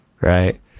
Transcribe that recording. right